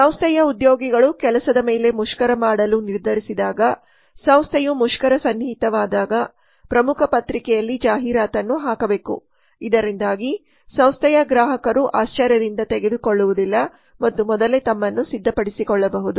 ಸಂಸ್ಥೆಯ ಉದ್ಯೋಗಿಗಳು ಕೆಲಸದ ಮೇಲೆ ಮುಷ್ಕರ ಮಾಡಲು ನಿರ್ಧರಿಸಿದಾಗ ಸಂಸ್ಥೆಯು ಮುಷ್ಕರ ಸನ್ನಿಹಿತವಾದಾಗ ಪ್ರಮುಖ ಪತ್ರಿಕೆಯಲ್ಲಿ ಜಾಹೀರಾತನ್ನು ಹಾಕಬೇಕು ಇದರಿಂದಾಗಿ ಸಂಸ್ಥೆಯ ಗ್ರಾಹಕರು ಆಶ್ಚರ್ಯದಿಂದ ತೆಗೆದುಕೊಳ್ಳುವುದಿಲ್ಲ ಮತ್ತು ಮೊದಲೇ ತಮ್ಮನ್ನು ಸಿದ್ಧಪಡಿಸಿಕೊಳ್ಳಬಹುದು